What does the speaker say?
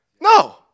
No